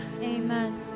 Amen